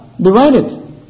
divided